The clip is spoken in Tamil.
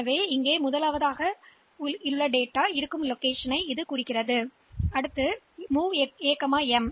எனவே அந்த எண் சமமாக இருக்கிறதா அல்லது ஒற்றைப்படை என்னா என்பதை நாம் சரிபார்க்க வேண்டும்